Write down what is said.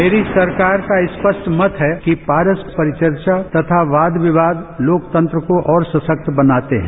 मेरी सरकार का स्पष्ट मत है कि परस्पर चर्चा तथा वाद विवाद लोकतंत्र को और सशक्त बनाते हैं